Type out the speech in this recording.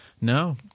No